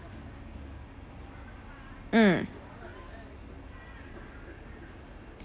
mm